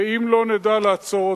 ואם לא נדע לעצור,